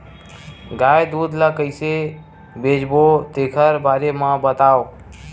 गाय दूध ल कइसे बेचबो तेखर बारे में बताओ?